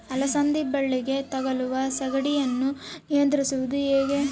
ಅಲಸಂದಿ ಬಳ್ಳಿಗೆ ತಗುಲುವ ಸೇಗಡಿ ಯನ್ನು ನಿಯಂತ್ರಿಸುವುದು ಹೇಗೆ?